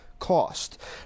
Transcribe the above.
cost